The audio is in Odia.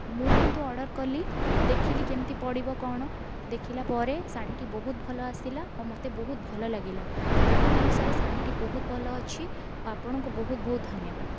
ମୁଁ କିନ୍ତୁ ଅର୍ଡ଼ର୍ କଲି ଦେଖିଲି କେମିତି ପଡ଼ିବ କ'ଣ ଦେଖିଲା ପରେ ଶାଢ଼ୀଟି ବହୁତ ଭଲ ଆସିଲା ଓ ମୋତେ ବହୁତ ଭଲ ଲାଗିଲା ଦାମ ଅନୁସାରେ ଶାଢ଼ୀଟି ବହୁତ ଭଲ ଅଛି ଓ ଆପଣଙ୍କୁ ବହୁତ ବହୁତ ଧନ୍ୟବାଦ